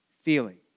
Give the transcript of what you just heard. feeling